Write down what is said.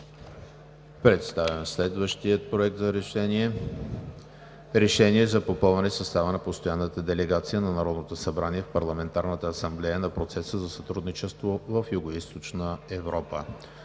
Представям следващия: „Проект! РЕШЕНИЕ за попълване състава на Постоянната делегация на Народното събрание в Парламентарната асамблея на процеса за сътрудничество в Югоизточна Европа